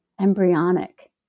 embryonic